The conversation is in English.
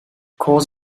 cores